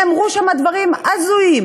נאמרו שם דברים הזויים